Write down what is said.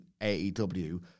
AEW